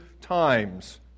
times